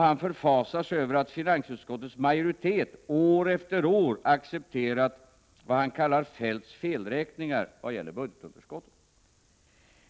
Han förfasar sig över att finansutskottets majoritet år efter år accepterat vad han kallar Feldts felräkningar vad gäller budgetunderskottet.